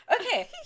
Okay